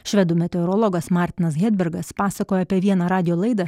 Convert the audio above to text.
švedų meteorologas martinas hedbergas pasakojo apie vieną radijo laidą